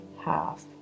half